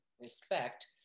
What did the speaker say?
respect